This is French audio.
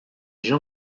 jean